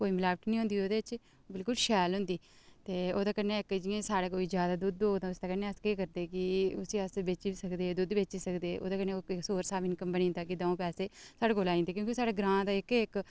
कोई मलावट नेईं होंदी ओह्दे च बिल्कुल शैल होंदी ते ओह्दे कन्नै कि जि'यां साढ़े कोल जैदा दुद्ध होग तां उसदे कन्नै अस केह् करदे कि उस्सी अस बेची बी सकदे ते दुद्ध बेची सकदे ते ओह्दे कन्नै सोरस आफ इन्कम बनी जंदा दऊं पैसे साढ़े कोल आई जंदे क्य़ोंकि साढ़े ग्रांऽ दा इ'यै इक